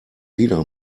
wieder